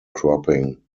cropping